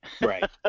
Right